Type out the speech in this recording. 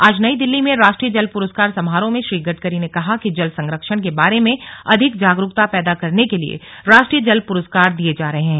आज नई दिल्ली में राष्ट्रीय जल पुरस्कार समारोह में श्री गडकरी ने कहा कि जल संरक्षण के बारे में अधिक जागरूकता पैदा करने के लिए राष्ट्रीय जल पुरस्कार दिए जा रहे हैं